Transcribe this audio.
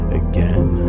again